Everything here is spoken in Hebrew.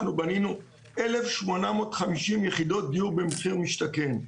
אנחנו בנינו 1,850 יחידות דיור במחיר למשתכן.